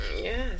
Yes